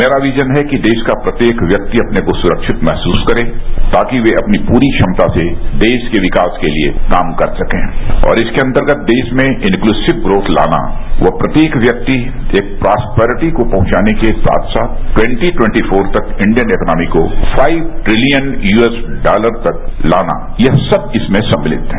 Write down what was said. मेरा विजन है कि देश का प्रत्येक व्यक्ति अपने को सुरक्षित महसूस करे ताकि वे अपनी पूरी क्षमता से देश के विकास के लिए काम कर सके और इसके अंतर्गत देश में इनक्यूलिसिव ग्रांथ लाना वह प्रत्येक व्यक्ति एक प्रोसपैरेटी को पहुंचाने के साथ साथ ट्वेटी ट्वेटी फॉर तक इंडियन इक्कोनोमी को five trillion U S dollar तक लाना यह सब इसमें सम्मिलित हैं